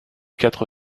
quatre